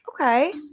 Okay